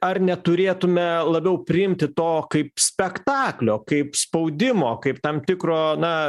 ar neturėtume labiau priimti to kaip spektaklio kaip spaudimo kaip tam tikro na